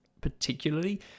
particularly